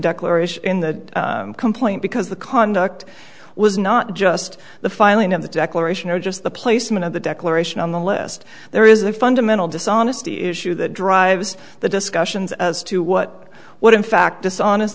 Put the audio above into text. declaration in the complaint because the conduct was not just the filing of the declaration or just the placement of the declaration on the list there is a fundamental dishonesty issue that drives the discussions as to what what in fact dishonest